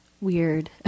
weird